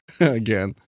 again